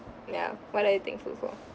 ya what are you thankful for